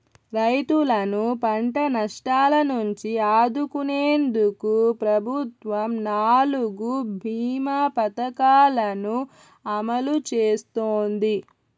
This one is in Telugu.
రైతులను పంట నష్టాల నుంచి ఆదుకునేందుకు ప్రభుత్వం నాలుగు భీమ పథకాలను అమలు చేస్తోంది